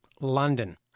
London